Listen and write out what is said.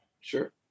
Sure